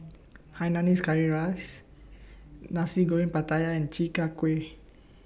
Hainanese Curry Rice Nasi Goreng Pattaya and Chi Kak Kuih